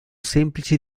semplice